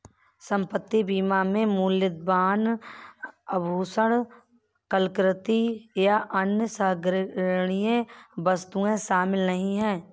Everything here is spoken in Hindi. संपत्ति बीमा में मूल्यवान आभूषण, कलाकृति, या अन्य संग्रहणीय वस्तुएं शामिल नहीं हैं